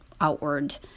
outward